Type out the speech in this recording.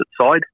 side